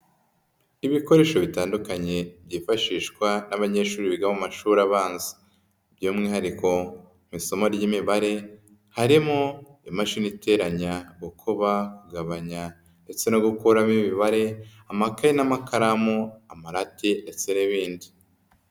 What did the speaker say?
Ibikoresho bitandukanye byifashishwa n'abanyeshuri biga mu mashuri abanza. By'umwihariko mu isomo ry'imibare, harimo imashini iteranya, gukuba, kugabanya ndetse no gukuramo imibare, amakayi n'amakaramu, amarate ndetse n'ibindi.